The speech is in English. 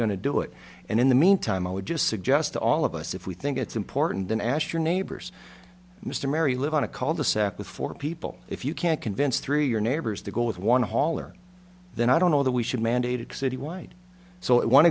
to do it and in the meantime i would just suggest to all of us if we think it's important then ask your neighbors mr merry live on a cul de sac with four people if you can't convince three your neighbors to go with one hall or then i don't know that we should mandated citywide so one